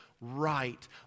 right